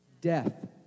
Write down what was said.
Death